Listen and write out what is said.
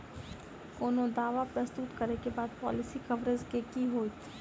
कोनो दावा प्रस्तुत करै केँ बाद पॉलिसी कवरेज केँ की होइत?